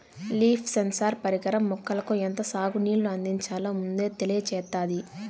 leaf sensor పరికరం మొక్కలకు ఎంత సాగు నీళ్ళు అందించాలో ముందే తెలియచేత్తాది